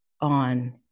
on